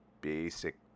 basic